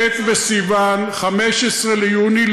ט' בסיוון, 15 ביוני.